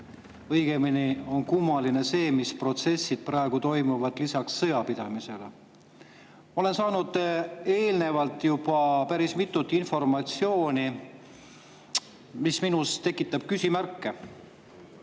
õigemini on kummaline see, mis protsessid praegu toimuvad lisaks sõjapidamisele. Olen saanud eelnevalt juba päris palju informatsiooni, mis minus tekitab küsimärke.